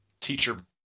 teacher